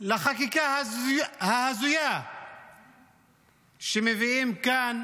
לחקיקה ההזויה שמביאים כאן